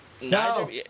no